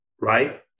Right